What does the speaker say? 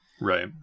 Right